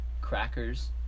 crackers